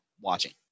watching